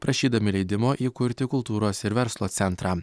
prašydami leidimo įkurti kultūros ir verslo centrą